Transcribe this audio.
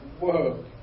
whoa